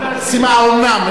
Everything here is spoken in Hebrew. האומנם?